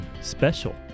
special